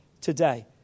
today